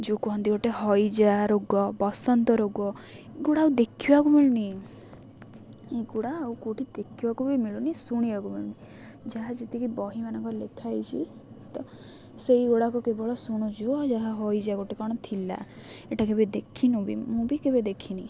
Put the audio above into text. ଯେଉଁ କୁହନ୍ତି ଗୋଟେ ହଇଜା ରୋଗ ବସନ୍ତ ରୋଗ ଏଗୁଡ଼ା ଆଉ ଦେଖିବାକୁ ମିଳୁନି ଏଗୁଡ଼ା ଆଉ କୋଉଠି ଦେଖିବାକୁ ବି ମିଳୁନି ଶୁଣିବାକୁ ମିଳୁନି ଯାହା ଯେତିକି ବହିମାନଙ୍କ ଲେଖା ହେଇଛି ତ ସେହିଗୁଡ଼ାକ କେବଳ ଶୁଣୁଛୁ ଯାହା ହଇଜା ଗୋଟେ କ'ଣ ଥିଲା ଏଟା କେବେ ଦେଖିନୁ ବି ମୁଁ ବି କେବେ ଦେଖିନି